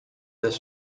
this